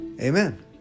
Amen